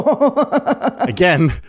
Again